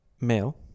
male